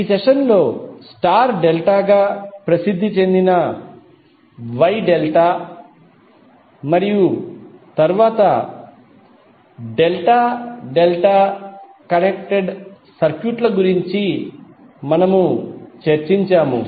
ఈ సెషన్లో star delta గా ప్రసిద్ది చెందిన వై డెల్టా మరియు తరువాత డెల్టా డెల్టా కనెక్ట్ సర్క్యూట్ల గురించి చర్చించాము